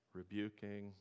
rebuking